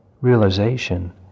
realization